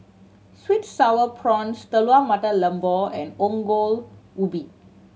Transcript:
sweet and Sour Prawns Telur Mata Lembu and Ongol Ubi